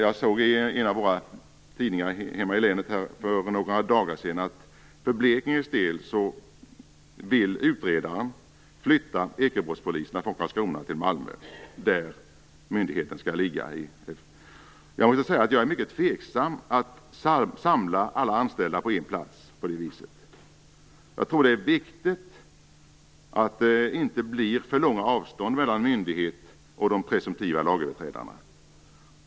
Jag såg i en av tidningarna hemma i länet för några dagar sedan att utredarna för Blekinges del vill flytta ekobrottspoliserna från Karlskrona till Malmö. Jag måste säga att jag är mycket tveksam till att på det viset samla alla anställda på en plats. Jag tror att det är viktigt att det inte blir för långa avstånd mellan myndighet och de presumtiva lagöverträdarna.